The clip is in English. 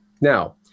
Now